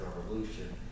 revolution